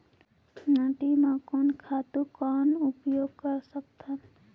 माटी म कोन खातु कौन उपयोग कर सकथन?